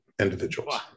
individuals